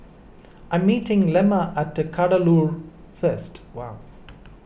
I'm meeting Lemma at Kadaloor first wow